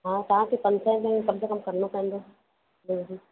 हा तव्हांखे पंज सैं में कम से कम करिणो पवंदो हूं हूं